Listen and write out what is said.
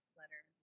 letter